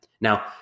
Now